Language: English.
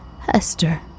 Hester